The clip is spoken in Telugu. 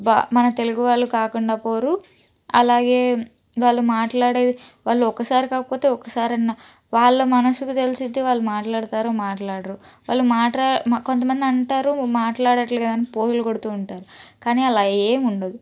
బా మన తెలుగు వాళ్ళు కాకుండా పోరు అలాగే వాళ్ళు మాట్లాడేది వాళ్ళు ఒకసారి కాకపోతే ఒకసారన్న వాళ్ళ మనసుకు తెలుస్తుంది వాళ్ళు మాట్లాడతారు మాట్లాడరు వాళ్ళు మాటా కొంతమంది అంటారు మాట్లాడటం లేదు అని పోజులు కొడుతూ ఉంటారు కానీ అలా ఏం ఉండదు